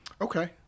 Okay